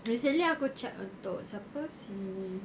recently aku check untuk siapa si